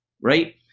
Right